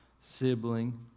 sibling